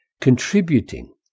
Contributing